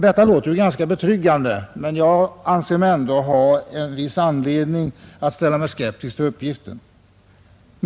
Detta låter ju ganska betryggande, men jag anser mig ändå ha anledning att ställa mig skeptisk till uppgiften.